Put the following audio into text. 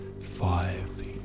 five